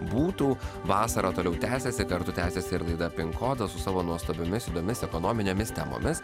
būtų vasarą toliau tęsiasi kartu tęsiasi ir laida pinkodas su savo nuostabiomis įdomis ekonominėmis temomis